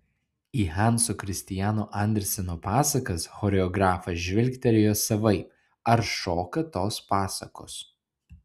į hanso kristiano anderseno pasakas choreografas žvilgterėjo savaip ar šoka tos pasakos